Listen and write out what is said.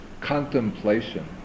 contemplation